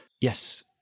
Yes